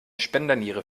spenderniere